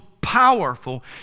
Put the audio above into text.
powerful